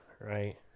right